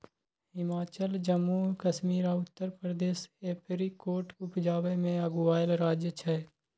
हिमाचल, जम्मू कश्मीर आ उत्तर प्रदेश एपरीकोट उपजाबै मे अगुआएल राज्य छै